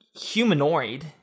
humanoid